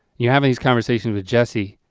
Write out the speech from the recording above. you're having these conversations with jessie